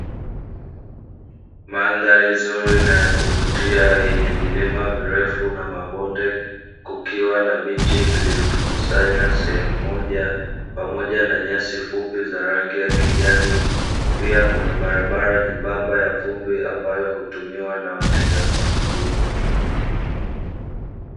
Mandhari nzuri na ya kuvutia yenye vilima virefu na mabonde, kukiwa na miti iliyojikusanya sehemu moja, pamoja na nyasi fupi za rangi ya kijani. Pia, kuna barabara nyembamba ya vumbi ambayo hutumiwa na watembea kwa miguu.